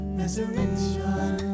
resurrection